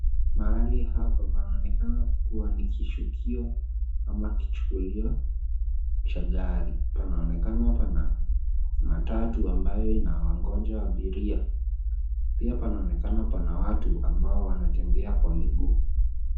Mahali hapa panaonekana kuwa ni kishukio ama kichukulio cha gari. Panaonekana pana matatu ambayo inawangoja abiria. Pia panaonekana pana watu ambao wanatembea kwa miguu.